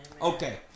Okay